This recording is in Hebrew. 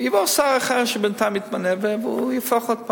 יבוא שר אחר, שבינתיים יתמנה, והוא יהפוך עוד פעם.